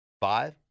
five